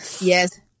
Yes